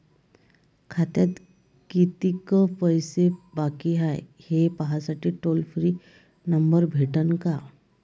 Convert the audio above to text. खात्यात कितीकं पैसे बाकी हाय, हे पाहासाठी टोल फ्री नंबर भेटन का?